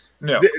No